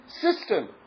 system